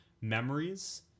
memories